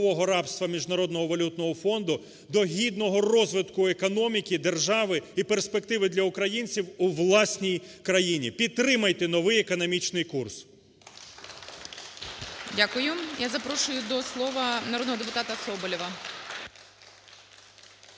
Дякую. Я запрошу до слова народного депутата Яриніча.